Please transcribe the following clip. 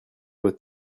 votre